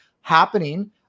happening